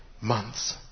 months